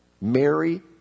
Mary